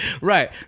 Right